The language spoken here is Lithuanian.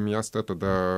miestą tada